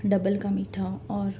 double کا میٹھا اور